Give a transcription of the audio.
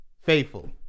Faithful